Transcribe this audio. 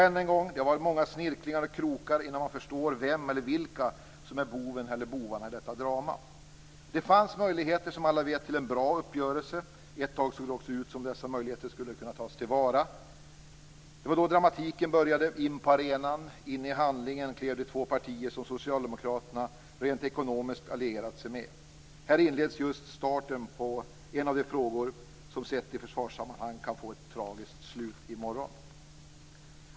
Det har varit många snirklingar och krokar innan man förstår vem eller vilka som är boven eller bovarna i detta drama. Det fanns, som alla vet, möjligheter till en bra uppgörelse. Ett tag såg det också ut som om dessa möjligheter skulle kunna tas till vara. Det var då dramatiken började. In på arenan, in i handlingen, klev de två partier som socialdemokraterna rent ekonomiskt allierat sig med. Här inleds just starten på en av de frågor som - sett i försvarssammanhang - kan få ett tragiskt slut i morgon.